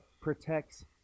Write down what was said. protects